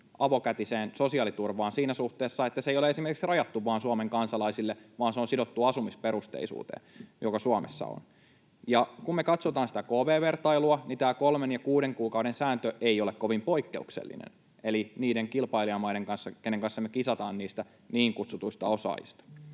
avokätiseen sosiaaliturvaan siinä suhteessa, että se ei ole esimerkiksi rajattu vain Suomen kansalaisille vaan se on sidottu asumisperusteisuuteen, joka Suomessa on. Kun me katsotaan sitä kv. vertailua, niin tämä kolmen ja kuuden kuukauden sääntö ei ole kovin poikkeuksellinen — eli niissä kilpailijamaissa, joiden kanssa me kisataan niistä niin kutsutuista osaajista.